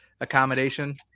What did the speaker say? accommodation